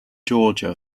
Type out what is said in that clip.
georgia